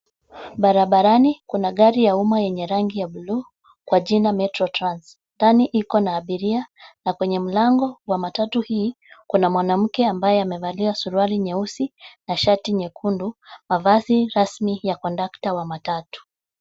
Barabarani kuna gari ya umma yenye rangi ya bluu, kwa jina Metro Trans. Ndani iko na abiria na kwenye mlango wa matatu hii kuna mwanamke ambaye amevalia suruali nyeusi na shati nyekundu mavazi rasmi ya kondakta wa matatu.